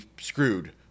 screwed